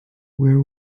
where